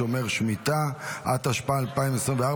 11 בעד, אין מתנגדים.